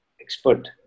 expert